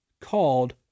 called